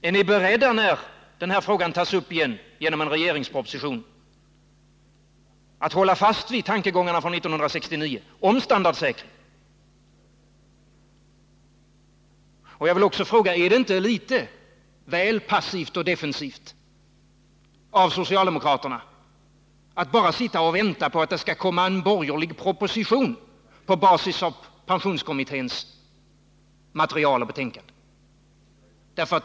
Är ni beredda, när frågan tas upp igen genom en regeringsproposition, att hålla fast vid tankegångarna från 1969 om standardsäkring? Jag vill också fråga: Är det inte väl passivt och defensivt av socialdemokraterna att bara vänta på att det skall komma en borgerlig proposition på basis av pensionskommitténs material och betänkande?